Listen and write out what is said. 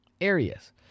areas